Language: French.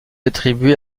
attribué